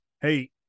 hey